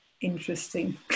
interesting